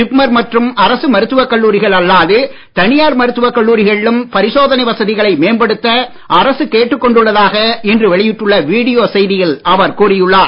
ஜிப்மர் மற்றும் அரசு மருத்துவ கல்லூரிகள் அல்லாது தனியார் மருத்துவ கல்லூரிகளிலும் பரிசோதனை வசதிகளை மேம்படுத்த அரசு கேட்டுக்கொண்டுள்ளதாக இன்று வெளியிட்டுள்ள வீடியோ செய்தியில் அவர் கூறியுள்ளார்